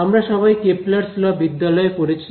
আমরা সবাই Kepler's law Kepler's law বিদ্যালয় এ পড়েছি